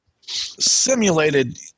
simulated